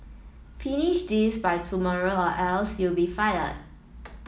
finish this by tomorrow or else you'll be fire